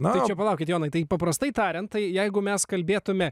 na palaukit jonai taip paprastai tariant tai jeigu mes kalbėtumėme